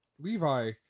levi